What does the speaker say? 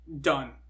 done